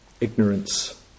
ignorance